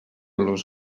los